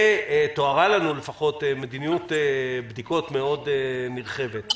ותוארה לנו מדיניות בדיקות מאוד נרחבת.